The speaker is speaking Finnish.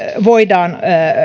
voidaan